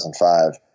2005